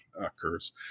occurs